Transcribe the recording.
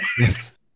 Yes